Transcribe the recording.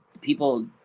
people